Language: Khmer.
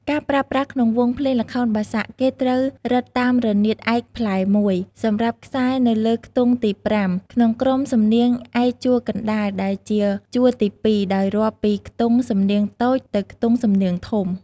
ការប្រើប្រាស់ក្នុងវង់ភ្លេងល្ខោនបាសាក់ គេត្រូវរឹតតាមរនាតឯកផ្លែ១ សំរាប់ខ្សែនៅលើខ្ទង់ទី៥ ក្នុងក្រុមសំនៀងឯកជួរកណ្ដាល ដែលជា ជួរទី២ ដោយរាប់ពីខ្ទង់សំនៀងតូចទៅខ្ទង់សំនៀងធំ។